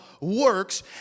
works